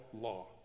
law